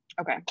Okay